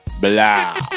Blah